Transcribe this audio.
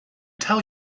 tell